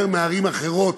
יותר מערים אחרות,